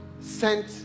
sent